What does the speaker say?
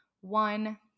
one